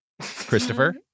Christopher